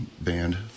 band